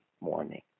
morning